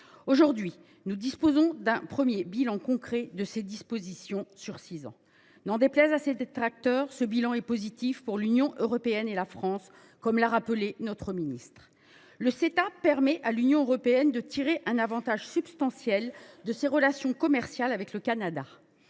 Aujourd’hui, nous disposons d’un premier bilan concret de ces dispositions, sur six ans. N’en déplaise à ses détracteurs, ce bilan est positif pour l’Union européenne et la France, comme l’a rappelé M. le ministre. Le Ceta permet à l’Union européenne de tirer un avantage substantiel de ses relations commerciales avec le Canada.